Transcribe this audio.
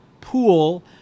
pool